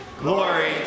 Glory